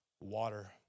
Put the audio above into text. water